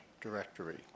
directory